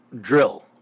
drill